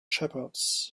shepherds